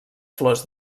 flors